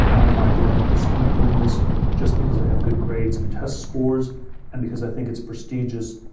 why am i doing this. am i doing this just because i have good grades and test scores and because i think it's prestigious?